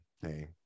hey